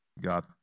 God